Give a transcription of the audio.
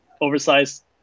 oversized